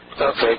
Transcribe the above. Okay